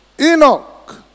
Enoch